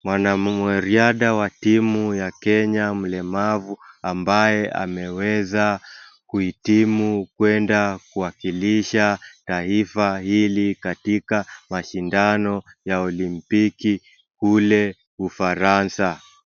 Mwanamume riadha wa timu ya Kenya mlemavu ambaye ameweza kuitimu kwenda kuwakilisha taifa hili katika mashindano ya Olimpiki kule Ufaransa.